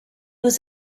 was